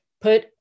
put